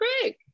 great